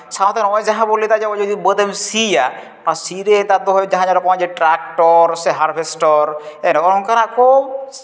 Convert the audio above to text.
ᱥᱟᱶᱛᱮ ᱱᱚᱜᱼᱚᱭ ᱡᱟᱦᱟᱸ ᱵᱚᱱ ᱞᱟᱹᱭ ᱮᱫᱟ ᱱᱚᱜᱼᱚᱭ ᱡᱮ ᱵᱟᱹᱫᱽ ᱮᱢ ᱥᱤᱭᱟ ᱟᱨ ᱥᱤᱨᱮ ᱱᱮᱛᱟᱨ ᱫᱚ ᱡᱟᱦᱟᱸᱭ ᱡᱟᱦᱟᱸᱠᱚ ᱴᱨᱟᱠᱴᱚᱨ ᱥᱮ ᱦᱟᱨᱵᱷᱮᱥᱴᱚᱨ ᱮ ᱱᱚᱜᱼᱚ ᱱᱚᱝᱠᱟᱱᱟᱜ ᱠᱚ